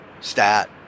stat